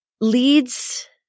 leads